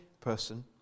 person